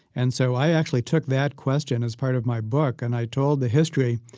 and so i actually took that question as part of my book and i told the history,